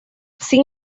sin